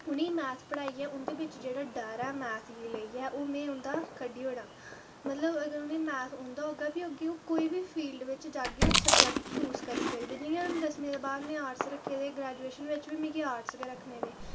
उ'नेंगी मैथ पढ़ांऽ उंदे बिच जेह्ड़ा डर ऐ मैथ गी लेइयै ते में ओह् उंदा कड्ढी ओड़ां ते अगर उनेंगी मैथ होंदा होगा ते ओह् कोई बी फील्ड च जाह्गे ओह् सब्जेक्ट चूज़ करी सकदे जियां में दसमीं दे बाद आर्टस रक्खे दे हे ते ग्रेजूएशन बिच बी में आर्टस रक्खने पे